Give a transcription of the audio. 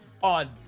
On